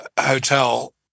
hotel